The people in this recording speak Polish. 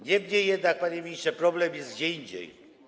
Niemniej jednak, panie ministrze, problem jest gdzie indziej.